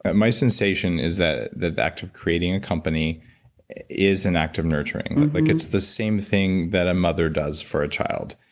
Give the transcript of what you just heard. my sensation is that the act of creating a company is an act of nurturing, like it's the same thing that a mother does for a child.